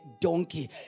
donkey